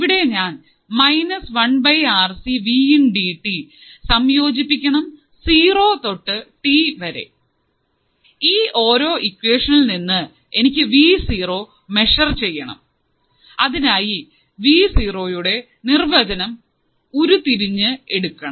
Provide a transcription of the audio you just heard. ഇവിടെ ഞാൻ 1 RC സംയോജിപ്പിക്കണം സീറോ തൊട്ടു ടി വരെ ഈ ഒരു ഇക്വാഷനിൽ നിന്ന് എനിക്ക് വി സീറോ മെഷർ ചെയ്യണം അതിനായി വി സീറോയുടെ നിർവചനം ഉരുതിരിഞ്ഞ് എടുക്കണം